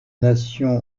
nation